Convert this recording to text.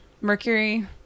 Mercury